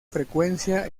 frecuencia